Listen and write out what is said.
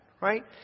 Right